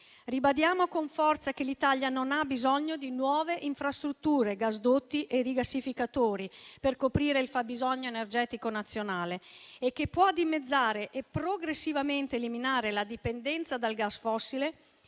Ribadiamo con forza che l'Italia non ha bisogno di nuove infrastrutture, gasdotti e rigassificatori per coprire il fabbisogno energetico nazionale e che può dimezzare e progressivamente eliminare la dipendenza dal gas fossile